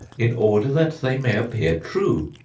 in order that they may appear true.